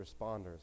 responders